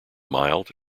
mild